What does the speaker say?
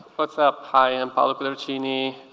what's up? hi, i'm paolo pedercini.